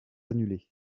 annulés